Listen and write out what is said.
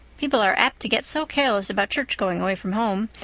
people are apt to get so careless about church-going away from home,